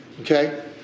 okay